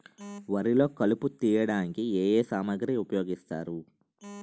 వరిలో కలుపు తియ్యడానికి ఏ ఏ సామాగ్రి ఉపయోగిస్తారు?